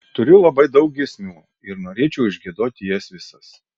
turiu labai daug giesmių ir norėčiau išgiedoti jas visas